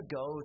go